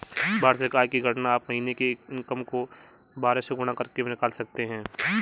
वार्षिक आय की गणना आप महीने की इनकम को बारह से गुणा करके निकाल सकते है